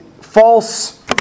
false